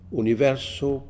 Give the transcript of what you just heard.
universo